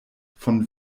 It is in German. von